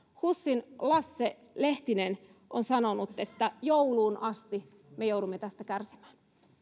husin lasse lehtonen on sanonut että jouluun asti me joudumme tästä kärsimään